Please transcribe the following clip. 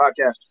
podcast